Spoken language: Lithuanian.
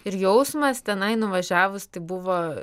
ir jausmas tenai nuvažiavus tai buvo